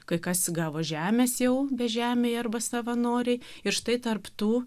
kai kas gavo žemės jau bežemiai arba savanoriai ir štai tarp tų